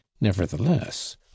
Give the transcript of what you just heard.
nevertheless